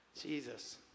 Jesus